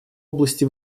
области